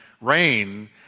rain